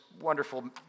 wonderful